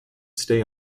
stay